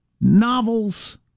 Novels